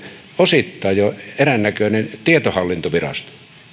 osittain jo eräännäköisen tietohallintoviraston